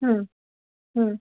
হুম হুম